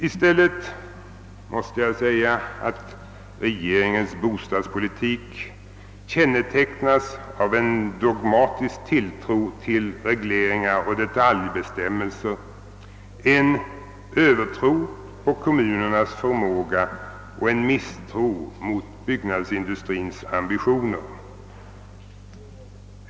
I stället kännetecknas regeringens bostadspolitik av en dogmatisk tilltro till regleringar och detaljbestämmelser, en övertro på kommunernas förmåga och en misstro mot byggnadsindustrins ambitioner.